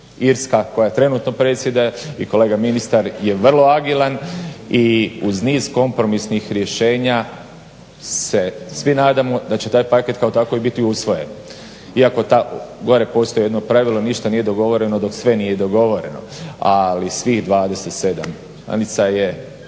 Irska koja trenutno predsjeda i kolega ministar je vrlo agilan i uz niz kompromisnih rješenja se svi nadamo da će taj paket kao takav biti i usvojen. Iako gore postoji jedno pravilo ništa nije dogovoreno dok sve nije dogovoreno. Ali svih 27 …/Govornik